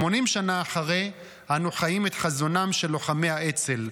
80 שנה אחרי אנו חיים את חזונם של לוחמי האצ"ל.